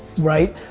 right,